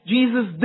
Jesus